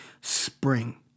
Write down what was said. spring